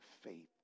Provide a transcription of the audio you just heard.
faith